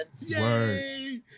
yay